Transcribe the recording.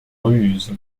ruse